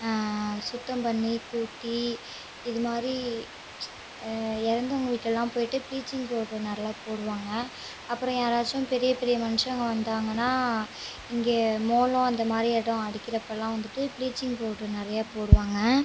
சுத்தம் பண்ணி கூட்டி இதுமாதிரி இறந்தவங்க வீட்லலாம் போயிட்டு பிளீச்சிங் பவுட்ரு நல்லா போடுவாங்கள் அப்பறம் யாராச்சும் பெரியபெரிய மனுஷங்கள் வந்தாங்கன்னா இங்கே மோளம் அந்தமாதிரி இடம் அடிக்கிற அப்போலாம் வந்துட்டு பிளீச்சிங் பவுட்ரு நிறையா போடுவாங்கள்